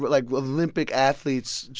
but like, olympic athletes,